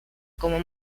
como